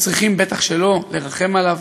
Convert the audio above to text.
אנחנו צריכים, בטח שלא לרחם עליו,